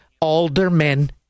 aldermen